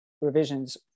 revisions